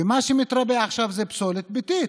ומה שמתרבה עכשיו זה פסולת ביתית,